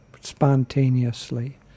spontaneously